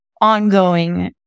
ongoing